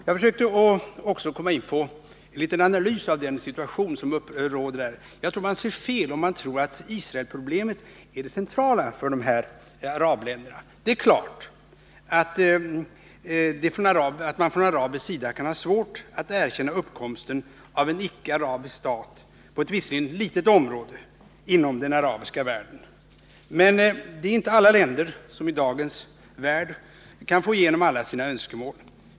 Jag försökte också göra en liten analys av den situation som råder i Mellanöstern. Enligt min mening är det fel att tro att Israelproblemet är det centrala för de här arabländerna. Det är klart att man från arabisk sida kan ha svårt att erkänna uppkomsten av en icke-arabisk stat, även om den upptar ett litet område inom den arabiska världen. Men inget land i dagens värld kan få igenom alla sina önskemål.